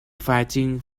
fighting